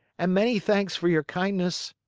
and many thanks for your kindness.